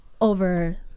over